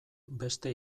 beste